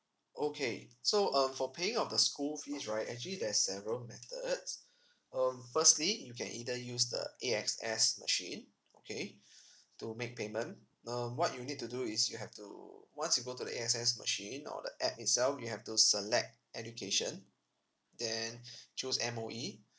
okay so um for paying of the school fees right actually there's several methods um firstly you can either use the A_X_S machine okay to make payment um what you need to do is you have to once you go to the A_X_S machine or the app itself you have to select education then choose M_O_E